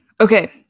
Okay